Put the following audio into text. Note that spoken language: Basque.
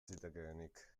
zitekeenik